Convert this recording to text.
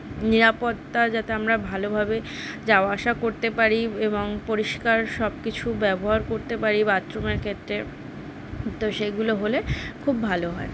নিরাপত্তা যাতে আমরা ভালোভাবে যাওয়া আসা করতে পারি এবং পরিষ্কার সব কিছু ব্যবহার করতে পারি বাথরুমের ক্ষেত্রে তো সেগুলো হলে খুব ভালো হয়